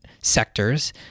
sectors